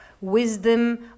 wisdom